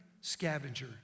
scavenger